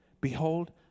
behold